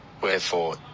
Wherefore